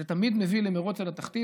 זה תמיד מביא למרוץ אל התחתית.